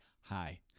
hi